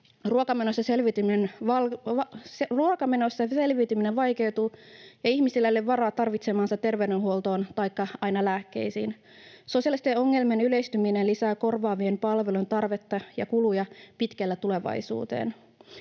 ruokamenoista selviytyminen vaikeutuu, ja ihmisillä ei ole varaa tarvitsemaansa terveydenhuoltoon taikka aina lääkkeisiin. Sosiaalisten ongelmien yleistyminen lisää korvaavien palvelujen tarvetta ja kuluja pitkälle tulevaisuuteen.